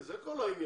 זה כל העניין.